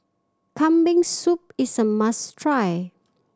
Kambing Soup is a must try